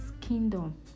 kingdom